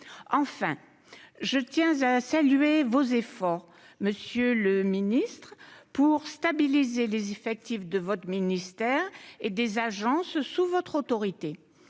Enfin, je tiens à saluer vos efforts, monsieur le ministre, pour stabiliser les effectifs de votre ministère et des agences placées sous votre autorité.